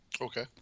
Okay